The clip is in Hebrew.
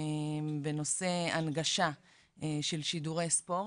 בנושא הנגשה של שידורי ספורט.